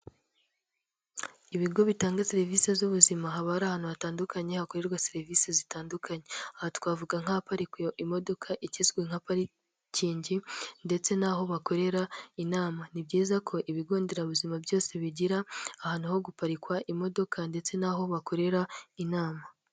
Ibigo bitanga serivisi z'ubuzima haba hari ahantu hatandukanye hakorerwa serivisi zitandukanye, aha twavuga nk'ahaparikwa imodoka ikizwe nka parikingi, ndetse n'aho bakorera inama, ni byiza ko ibigo nderabuzima byose bigira ahantu ho guparikwa imodoka ndetse n'aho bakorera inama.